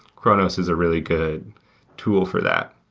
chronos is a really good tool for that.